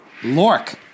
Lork